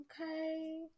Okay